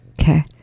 Okay